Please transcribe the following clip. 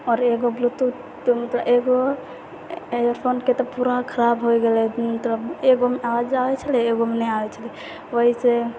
आओर एगो ब्लूटूथ मतलब एगो इयर फोनके तऽ पूरा खराब होइ गेलै मतलब एगोमे आवाज आबै छलै एगोमे नहि आबै छलै वहीसे